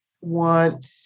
want